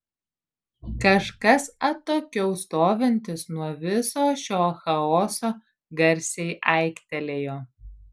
kažkas atokiau stovintis nuo viso šio chaoso garsiai aiktelėjo